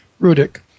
Rudick